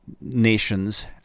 nations